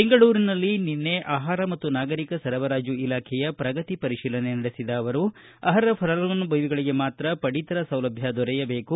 ಬೆಂಗಳೂರಿನಲ್ಲಿ ನಿನ್ನೆ ಆಹಾರ ಮತ್ತು ನಾಗರಿಕ ಸರಬರಾಜು ಇಲಾಖೆಯ ಪ್ರಗತಿ ಪರಿಶೀಲನೆ ನಡೆಸಿದ ಅವರು ಅರ್ಪ ಫಲಾನುಭವಿಗಳಿಗೆ ಮಾತ್ರ ಪಡಿತರ ಸೌಲಭ್ಯ ದೊರೆಯಬೇಕು